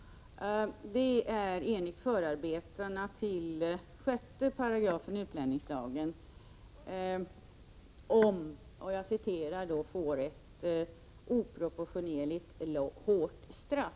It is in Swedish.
Värnpliktsvägran och krigsvägran är två helt skilda saker.